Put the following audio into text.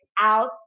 out